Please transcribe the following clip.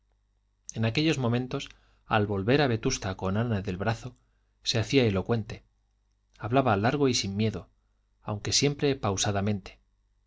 en aquellos momentos al volver a vetusta con ana del brazo se hacía elocuente hablaba largo y sin miedo aunque siempre pausadamente